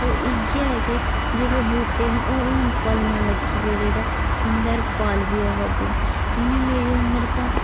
ओह् इ'यै के जेह्के बूहटे न ओह् हून फलन लग्गी पेदे ते उं'दे पर फल बी अवा दे न इ'यां मेरी उमर तां